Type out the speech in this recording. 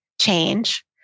change